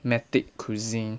matic cuisine